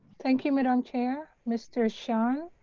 thank you, madam chair, mr. sean,